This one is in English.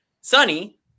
sunny